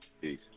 Peace